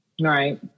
Right